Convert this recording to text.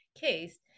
case